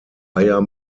eier